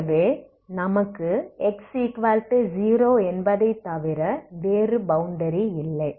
ஆகவே நமக்கு x0 என்பதை தவிர வேறு பௌண்டரி இல்லை